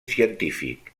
científic